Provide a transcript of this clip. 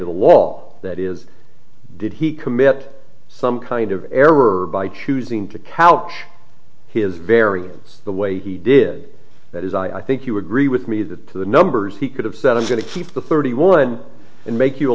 of the law that is did he commit some kind of error by choosing to couch his very words the way he did that is i think you agree with me that to the numbers he could have said i'm going to keep the thirty one and make you a